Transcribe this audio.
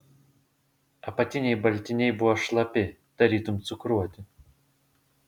apatiniai baltiniai buvo šlapi tarytum cukruoti